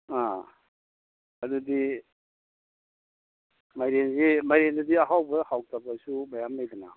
ꯑ ꯑꯗꯨꯗꯤ ꯃꯥꯏꯔꯦꯟꯁꯤ ꯃꯥꯏꯔꯦꯟꯗꯗꯤ ꯑꯍꯥꯎꯕ ꯍꯥꯎꯇꯕꯁꯨ ꯃꯌꯥꯝ ꯂꯩꯗꯅ